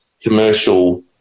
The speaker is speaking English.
commercial